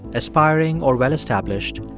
aspiring or well-established,